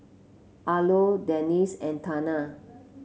Arlo Denisse and Tana